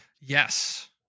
Yes